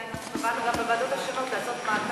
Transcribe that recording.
כי אנחנו קבענו גם בוועדות השונות לעשות מעקב,